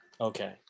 Okay